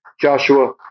Joshua